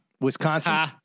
Wisconsin